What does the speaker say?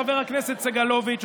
חבר הכנסת סגלוביץ',